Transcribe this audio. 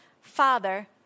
father